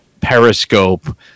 periscope